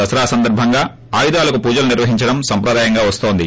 దసరా సందర్బంగా ఆయుధాలకు పూజలు నిర్వహించడం సంప్రదాయంగా వస్తోంది